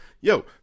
yo